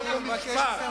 חוק ומשפט.